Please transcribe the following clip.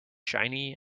shiny